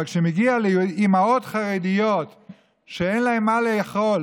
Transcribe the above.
אבל כשזה מגיע לאימהות חרדיות שאין להן מה לאכול